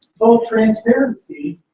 full transparency,